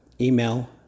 email